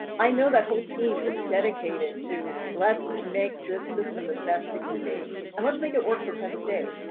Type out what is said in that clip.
i know that whole team is dedicated to let's make this system the best it can be. and let's make it work for penn state.